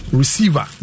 receiver